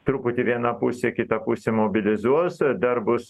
truputį viena pusė kita pusė mobilizuos dar bus